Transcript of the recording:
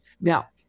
Now